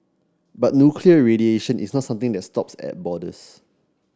but nuclear radiation is not something that stops at borders